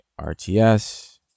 RTS